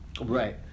Right